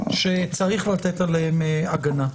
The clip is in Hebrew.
שצריך לתת עליהם הגנה.